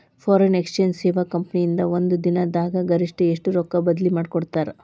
Foreign exchange ಸೇವಾ company ಇಂದಾ ಒಂದ್ ದಿನ್ ದಾಗ್ ಗರಿಷ್ಠ ಎಷ್ಟ್ ರೊಕ್ಕಾ ಬದ್ಲಿ ಮಾಡಿಕೊಡ್ತಾರ್?